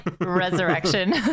resurrection